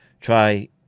try